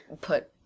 put